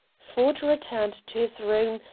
ford returned to his room,